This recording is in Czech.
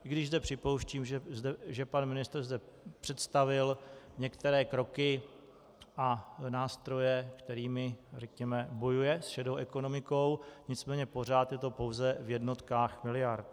I když zde připouštím, že pan ministr zde představil některé kroky a nástroje, kterými, řekněme, bojuje s šedou ekonomikou, nicméně pořád je to pouze v jednotkách miliard.